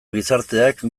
gizarteak